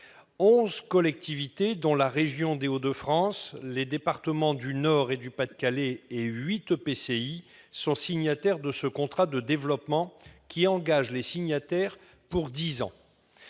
collectivités, dont la région des Hauts-de-France, les départements du Nord et du Pas-de-Calais, et huit EPCI signataires de ce contrat de développement, qui les engage pour dix ans.